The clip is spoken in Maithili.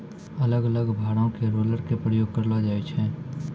अलग अलग भारो के रोलर के प्रयोग करलो जाय छै